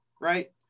right